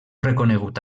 reconegut